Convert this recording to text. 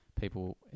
people